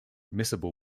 miscible